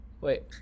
Wait